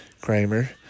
Kramer